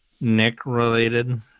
Nick-related